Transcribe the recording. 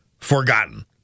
forgotten